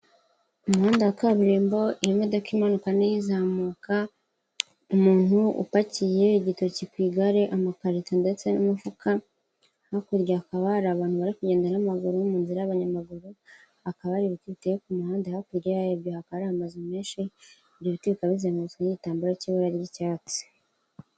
Umuhanda wa kaburimbo, imodoka imanuka n'izamuka, umuntu upakiye igitoki ku igare, amakarito, ndetse n'umufuka, hakurya hakaba hari abantu bari kugenda n'amaguru mu nzira y'abanyamaguru, hakaba hari ibiti biteye ku muhanda hakurya yabyo hakaba hari amazu menshi, ibyo biti bikaba bizengurutswe n'igitambaro cy'ibara ry'icyatsi.